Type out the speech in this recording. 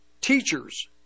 teachers